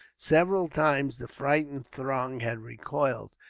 several times the frightened throng had recoiled,